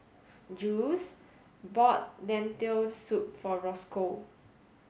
Jules bought Lentil soup for Rosco